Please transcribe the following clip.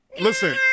Listen